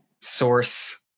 source